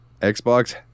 Xbox